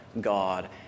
God